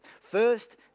First